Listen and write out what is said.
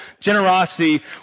generosity